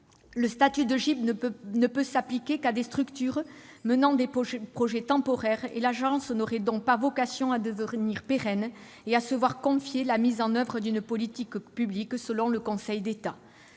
le statut de GIP ne peut s'appliquer qu'à des structures menant des projets temporaires. L'Agence n'aurait donc « pas vocation à devenir pérenne » et à « se voir confier la mise en oeuvre d'une politique publique », selon le Conseil d'État.